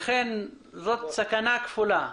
לכן זו סכנה כפולה.